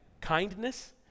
kindness